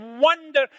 wonder